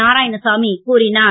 நாராயணசாமி கூறினார்